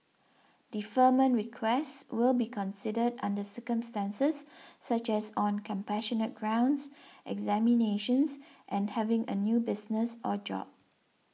deferment requests will be considered under circumstances such as on compassionate grounds examinations and having a new business or job